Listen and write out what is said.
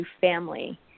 family